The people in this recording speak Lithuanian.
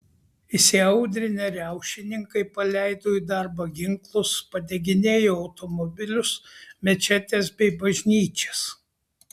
įsiaudrinę riaušininkai paleido į darbą ginklus padeginėjo automobilius mečetes bei bažnyčias